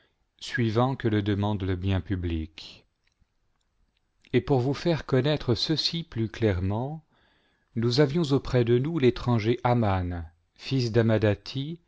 suivant que le demande le bien public et pour vous faire connaître ceci plus flairément nous avions auprès de nous l'étranger aman fils d'amadathi